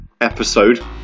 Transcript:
episode